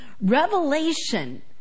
Revelation